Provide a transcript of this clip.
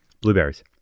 Blueberries